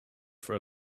for